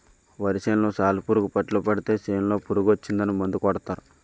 వరి సేనులో సాలిపురుగు పట్టులు పడితే సేనులో పురుగు వచ్చిందని మందు కొడతారు